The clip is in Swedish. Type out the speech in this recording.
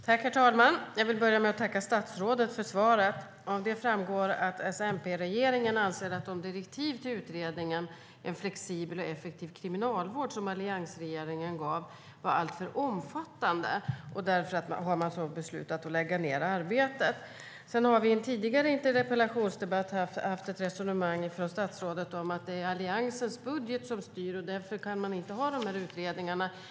Herr talman! Jag vill börja med att tacka statsrådet för svaret. Av det framgår att S-MP-regeringen anser att de direktiv till utredningen En flexibel och effektiv kriminalvård som alliansregeringen gav var alltför omfattande, och man har därför beslutat att lägga ned arbetet. I en tidigare interpellationsdebatt hade statsrådet ett resonemang om att det är Alliansens budget som styr och att man därför inte kan låta utredningarna fortsätta.